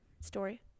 story